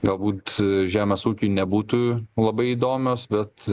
galbūt žemės ūkiui nebūtų labai įdomios bet